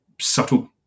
Subtle